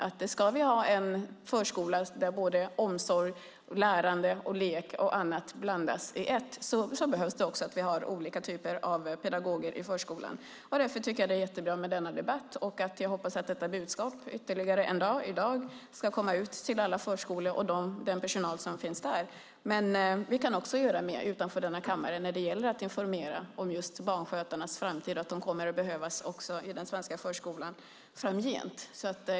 Om det ska finnas en förskola där både omsorg, lärande och lek blandas behövs också olika typer av pedagoger. Därför är det bra med denna debatt. Jag hoppas att budskapet i dag ska komma ut till alla förskolor och den personal som finns där. Vi kan också göra mer utanför kammaren när det gäller att informera om barnskötarnas framtid och att de kommer att behövas i den svenska förskolan även framgent.